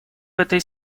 этой